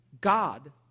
God